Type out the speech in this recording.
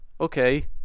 Okay